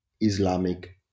Islamic